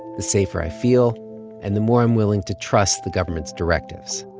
the safer i feel and the more i'm willing to trust the government's directives